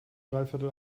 dreiviertel